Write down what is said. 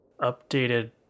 updated